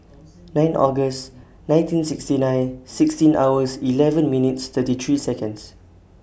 nine August nineteen sixty nine sixteen hours eleven minutes thirty three Seconds